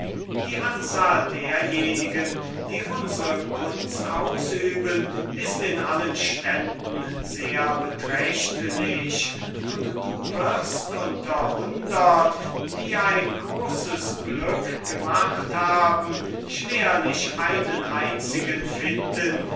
die anzahl derjenigen die unsre kunst ausüben ist in allen ständen sehr beträchtlich und du wirst unter denen die ein großes glück gemacht haben schwerlich einen einzigen finden